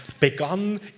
begann